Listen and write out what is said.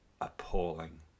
appalling